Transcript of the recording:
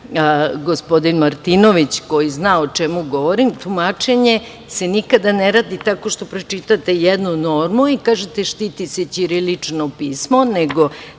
gospodin Martinović, koji zna o čemu govorim, tumačenje se nikada ne radi tako što pročitate jednu normu i kažete – štiti se ćirilično pismo, nego